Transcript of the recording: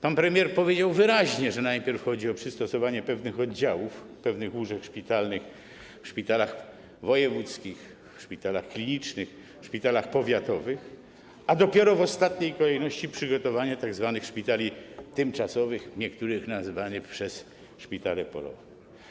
Pan premier powiedział wyraźnie, że najpierw chodzi o przystosowanie pewnych oddziałów, pewnych łóżek szpitalnych w szpitalach wojewódzkich, w szpitalach klinicznych, w szpitalach powiatowych, a dopiero w ostatniej kolejności o przygotowanie tzw. szpitali tymczasowych, przez niektórych nazywanych szpitalami polowymi.